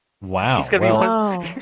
wow